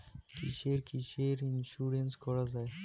কিসের কিসের ইন্সুরেন্স করা যায়?